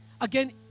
again